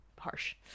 harsh